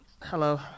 Hello